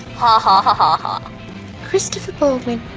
ha ha ha ha ha christopher boardman